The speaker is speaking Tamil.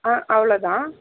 அவ்வளவு தான்